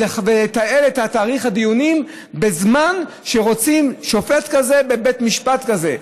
ולתאר את תאריך הדיונים בזמן שרוצים שופט כזה בבית משפט כזה?